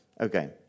Okay